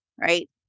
Right